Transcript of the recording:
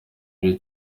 bye